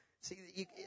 See